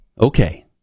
Okay